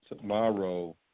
tomorrow